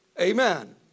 Amen